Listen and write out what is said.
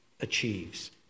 achieves